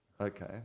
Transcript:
Okay